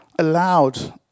allowed